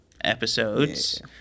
episodes